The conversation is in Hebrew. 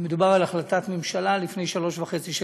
מדובר בהחלטת ממשלה לפני שלוש שנים וחצי,